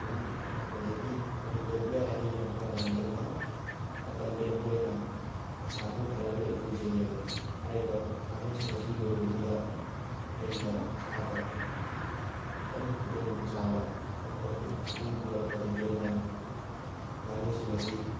ꯁꯨꯝ ꯍꯦꯜꯂꯛꯄꯗꯒꯤ ꯀꯔꯤ ꯇꯧꯕ ꯌꯥꯏ ꯍꯥꯏꯅ ꯌꯦꯡꯉꯛꯄ ꯃꯇꯝꯗ ꯑꯩꯅ ꯃꯇꯝ ꯂꯦꯟꯕ ꯑꯣꯏꯅ ꯉꯥꯅꯨ ꯈꯔ ꯂꯣꯏꯖꯩꯌꯦꯕ ꯍꯥꯏꯔꯤꯕ ꯉꯥꯅꯨꯁꯤꯡ ꯑꯁꯤ ꯂꯣꯏꯕꯁꯤꯗ ꯑꯩꯗ ꯏꯁꯥꯗ ꯍꯥꯏꯗꯤ ꯈꯤꯇꯪ ꯈꯨꯗꯣꯡꯆꯥꯕ ꯈꯤꯇꯪ ꯄ꯭ꯔꯣꯐꯤꯠ ꯎꯔꯛꯄꯗꯒꯤ ꯑꯩꯅ ꯉꯥꯅꯨꯁꯤꯡ ꯑꯁꯤ